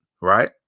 Right